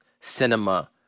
cinema